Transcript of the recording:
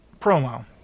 promo